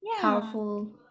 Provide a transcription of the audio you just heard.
powerful